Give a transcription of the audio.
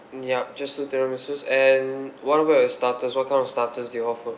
ya just two tiramisus and what about your starters what kind of starters do you offer